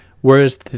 whereas